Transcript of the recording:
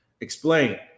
explain